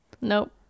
nope